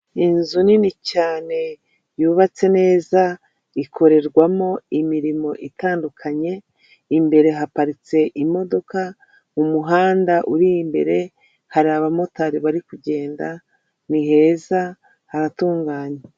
Ni inzu nini cyane yubatse neza, ikorerwamo imirimo itandukanye. Imbere haparitse imodoka, mu muhanda uri imbere hari abamotari bari kugenda, ni heza, haratunganywa.